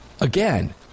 again